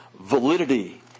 validity